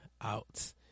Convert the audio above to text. out